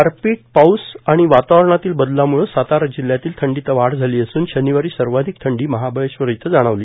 गारपीट पाऊस व वातावरणातील बदलामुळे सातारा जिल्ह्यातील थंडीत वाढ झाली असून शनिवारी सर्वाधिक थंडी महाबलेश्वर येथे जाणवली